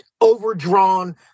overdrawn